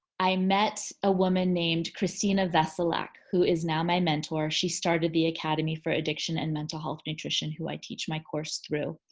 i met a woman named christina veselak who is now my mentor. she started the academy for addiction and mental health nutrition who i teach my course through.